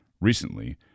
Recently